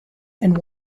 and